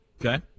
Okay